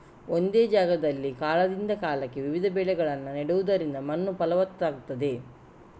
ಒಂದೇ ಜಾಗದಲ್ಲಿ ಕಾಲದಿಂದ ಕಾಲಕ್ಕೆ ವಿವಿಧ ಬೆಳೆಗಳನ್ನ ನೆಡುದರಿಂದ ಮಣ್ಣು ಫಲವತ್ತಾಗ್ತದೆ